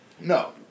No